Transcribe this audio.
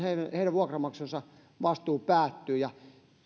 heidän vuokranmaksunsa vastuu päättyy